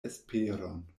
esperon